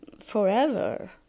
forever